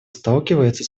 сталкивается